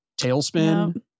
Tailspin